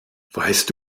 weißt